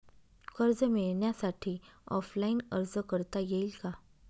कर्ज मिळण्यासाठी ऑफलाईन अर्ज करता येईल का?